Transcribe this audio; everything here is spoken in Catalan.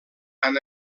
han